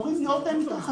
אמורים להיות מתרחצים.